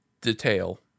detail